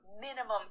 minimum